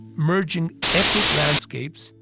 merging epic landscapes,